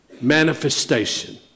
manifestation